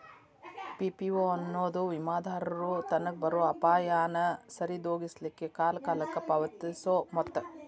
PPO ಎನ್ನೊದು ವಿಮಾದಾರರು ತನಗ್ ಬರೊ ಅಪಾಯಾನ ಸರಿದೋಗಿಸ್ಲಿಕ್ಕೆ ಕಾಲಕಾಲಕ್ಕ ಪಾವತಿಸೊ ಮೊತ್ತ